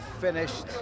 finished